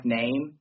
name